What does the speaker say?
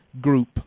group